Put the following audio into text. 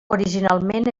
originalment